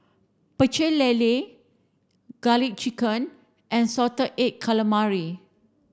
Pecel Lele garlic chicken and salted egg calamari